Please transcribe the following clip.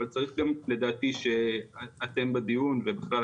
אבל צריך לדעתי גם שאתם בדיון ובכלל,